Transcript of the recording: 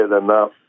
enough